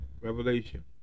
Revelation